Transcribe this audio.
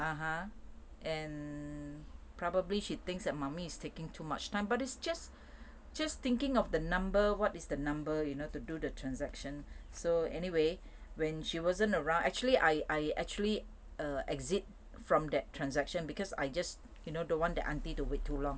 (uh huh) and probably she thinks that mummy is taking too much time but it's just just thinking of the number what is the number you know to do the transaction so anyway when she wasn't around actually I I actually err exit from that transaction because I just you know don't want the aunty to wait too long